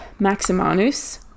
Maximanus